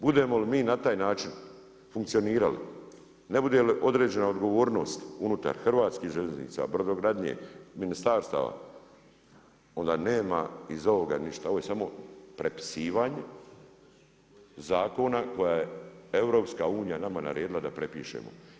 Budemo li mi na taj način funkcionirali, ne bude li određena odgovornost unutar Hrvatskih željeznica, brodogradnje ministarstava onda nema iz ovoga ništa, ovo je samo prepisivanje zakona koje je EU nama naredila da prepišemo.